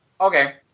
Okay